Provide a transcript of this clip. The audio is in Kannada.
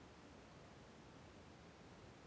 ನಾನು ಕೃಷಿ ಸಾಲವನ್ನು ಪಡೆಯೋದು ಹೇಗೆ?